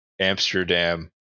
amsterdam